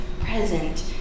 present